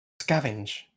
Scavenge